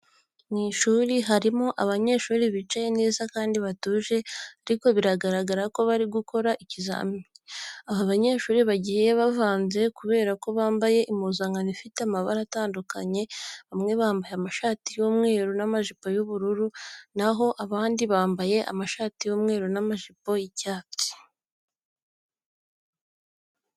Mu ishuri harimo abanyeshuri bicaye neza kandi batuje ariko bigaragara ko bari gukora ikazimi. Aba banyeshuri bagiye bavanze kubera ko bambaye impuzankano ifite amabara atandukanye. Bamwe bambaye amashati y'umweru n'amajipo y'ubururu, na ho abandi bambaye amashati y'umweru n'amajipo y'icyatsi.